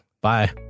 Bye